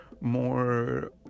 more